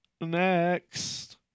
next